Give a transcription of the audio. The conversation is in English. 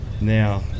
now